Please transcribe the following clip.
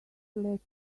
let